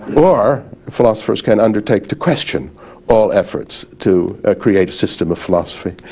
or, philosophers can undertake to question all efforts to create a system of philosophy.